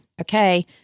okay